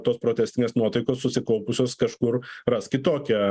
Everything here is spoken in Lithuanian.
tos protestinės nuotaikos susikaupusios kažkur ras kitokią